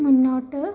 മുന്നോട്ട്